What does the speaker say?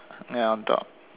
ya on top